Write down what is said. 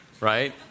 right